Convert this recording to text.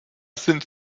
sind